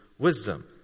Wisdom